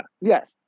Yes